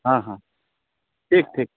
हॅं हॅं ठीक ठीक